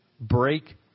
break